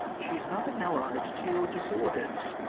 she's nothing allied to your disorders.